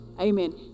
Amen